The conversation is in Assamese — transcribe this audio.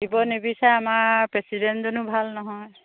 দিব নিবিচাৰে আমাৰ প্ৰেচিডেণ্টজনো ভাল নহয়